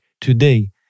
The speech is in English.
today